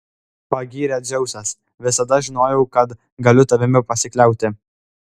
pagyrė dzeusas visada žinojau kad galiu tavimi pasikliauti